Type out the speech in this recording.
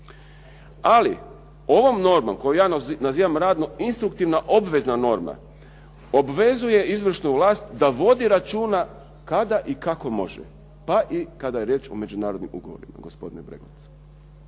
Ali ovom normom koju ja nazivam radno instruktivna obvezna norma, obvezuje izvršnu vlast da vodi računa kada i kako može, pa i kada je riječ o međunarodnim ugovorima gospodine Breglec.